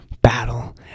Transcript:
battle